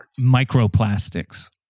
Microplastics